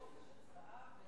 יש חופש הצבעה,